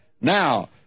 Now